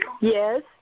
Yes